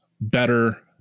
better